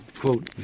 quote